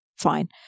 fine